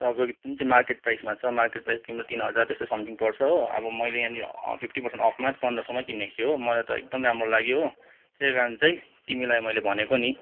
तपाईँको जुन चाहिँ मार्केट प्राइसमा छ मार्केट प्राइस तिम्रो तिन हजार त्यस्तो समथिङ पर्छ हो अब मैले यहाँनिर फिफ्टी पर्सेन्ट अफमा पन्ध्र सौमा किनेको थिएँ हो मलाई त एकदम राम्रो लाग्यो हो त्यही कारण चाहिँ तिमीलाई मैले भनेको नि